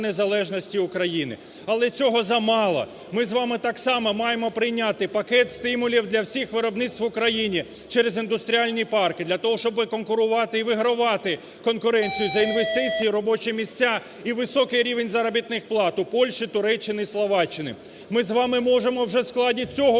Але цього замало. Ми з вами так само маємо прийняти пакет стимулів для всіх виробництв в Україні через індустріальні парки для того, щоби конкурувати і вигравати конкуренцію за інвестиції, робочі місця і високий рівень заробітних плат у Польщі, Туреччини і Словаччини. Ми з вами можемо вже в складі цього бюджетного